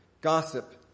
Gossip